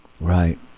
right